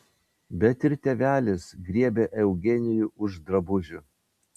bet ir tėvelis griebė eugenijų už drabužių